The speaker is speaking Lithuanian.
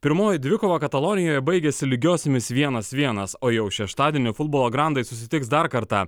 pirmoji dvikova katalonijoje baigėsi lygiosiomis vienas vienas o jau šeštadienio futbolo grandai susitiks dar kartą